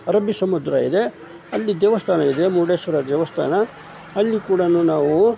ಅರಬ್ಬಿ ಸಮುದ್ರ ಇದೆ ಅಲ್ಲಿ ದೇವಸ್ಥಾನ ಇದೆ ಮುರುಡೇಶ್ವರ ದೇವಸ್ಥಾನ ಅಲ್ಲಿ ಕೂಡನೂ ನಾವು